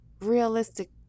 realistic